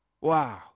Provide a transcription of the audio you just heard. Wow